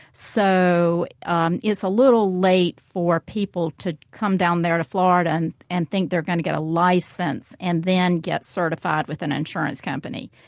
so it um is a little late for people to come down there to florida and and think they're going to get a license and then get certified with an insurance company.